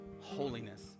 holiness